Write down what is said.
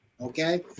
okay